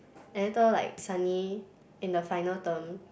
and later like suddenly in the final term